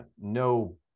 No